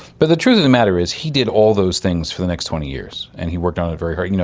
but the truth of the matter is he did all those things for the next twenty years and he worked on it very hard. you know